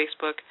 Facebook